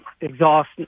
exhaust